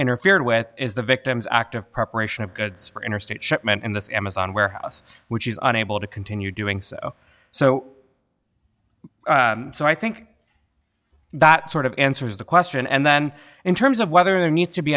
interfered with is the victim's act of preparation of goods for interstate shipment and this amazon warehouse which is unable to continue doing so so so i think that sort of answers the question and then in terms of whether there needs to be